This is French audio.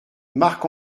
marc